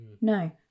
No